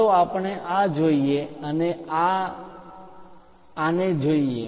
ચાલો આપણે આ જોઈએ અને આ આને જોઈએ